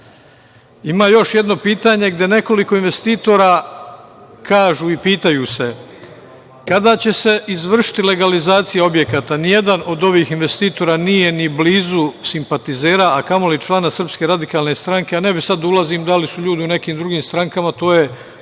još jedno pitanje gde nekoliko investitora kažu i pitaju se kada će se izvršiti legalizacija objekata? Ni jedan od ovih investitora nije ni blizu simpatizera a kamoli člana SRS, ne bih sada da ulazim da li su ljudi u nekim drugim strankama, to je